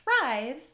thrive